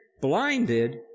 blinded